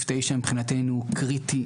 רק בפריפריה,